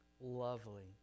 Lovely